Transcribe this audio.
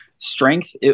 Strength